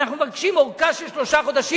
אנחנו מבקשים ארכה של שלושה חודשים,